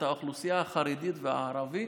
את האוכלוסייה החרדית והערבית.